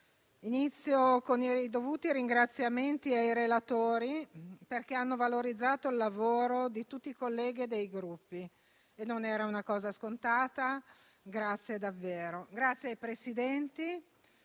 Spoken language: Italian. con i dovuti ringraziamenti ai relatori, perché hanno valorizzato il lavoro di tutti i colleghi e dei Gruppi e non era una cosa scontata. Ringrazio i Presidenti,